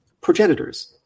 progenitors